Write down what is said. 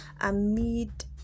amid